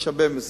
יש הרבה מסים,